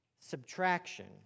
subtraction